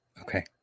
Okay